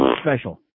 special